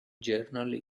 journal